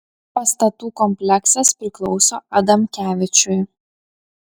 pastatų kompleksas priklauso adamkevičiui